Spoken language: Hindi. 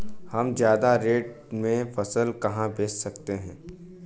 हम ज्यादा रेट में फसल कहाँ बेच सकते हैं?